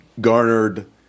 garnered